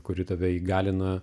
kuri tave įgalina